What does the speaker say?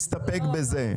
אז אנחנו נסתפק בזה.